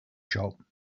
shop